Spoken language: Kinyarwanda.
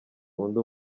undi